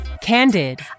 Candid